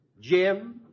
Jim